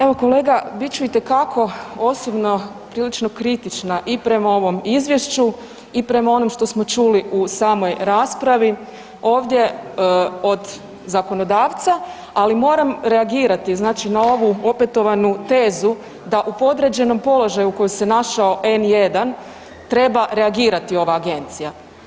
Evo kolega, bit ću itekako osobno prilično kritična i prema ovom izvješću i prema onom što smo čuli u samoj raspravi ovdje od zakonodavca, ali moram reagirati znači na ovu opetovanu tezu da u podređenom položaju u kojem se našao N1 treba reagirati ova agencija.